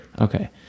Okay